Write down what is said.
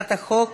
הצעת החוק